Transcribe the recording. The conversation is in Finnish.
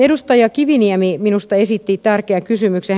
edustaja kiviniemi minusta esitti tärkeän kysymyksen